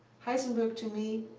heisenberg, to me,